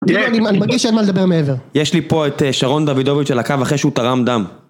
אני מגיש שאין מה לדבר מעבר. יש לי פה את שרון דוידוביץ' על הקו אחרי שהוא תרם דם.